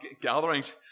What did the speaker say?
gatherings